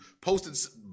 posted